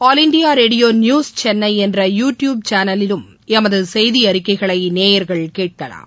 all India Radio News Chennai என்ற YouTube சேனலிலும் எமது செய்தி அறிக்கைகளை நேயர்கள் கேட்கலாம்